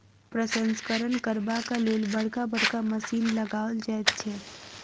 प्रसंस्करण करबाक लेल बड़का बड़का मशीन लगाओल जाइत छै